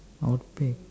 I would pick